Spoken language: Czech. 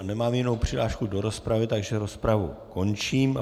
Nemám jinou přihlášku do rozpravy, takže rozpravu končím.